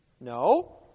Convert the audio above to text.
No